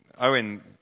Owen